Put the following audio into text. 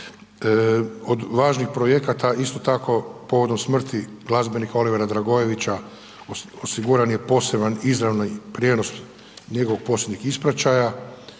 Od važnih projekata isto tako povodom smrti glazbenika Olivera Dragojevića osiguran je poseban izravni prijenos njegovog posljednjeg ispraćaja,